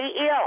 ill